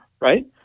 right